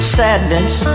sadness